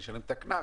אני אשלם את הקנס,